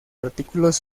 artículos